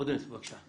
עודד, בבקשה.